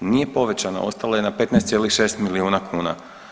Nije povećana, ostala je na 15,6 milijuna kuna.